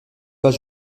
pas